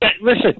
Listen